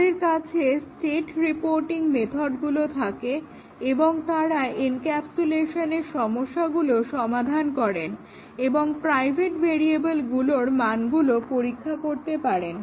তাদের কাছে state reporting মেথডগুলো থাকে এবং তারা এনক্যাপসুলেশনের সমস্যাগুলো সমাধান করেন এবং প্রাইভেট ভেরিয়েবলগুলোর মানগুলো পরীক্ষা করতে পারেন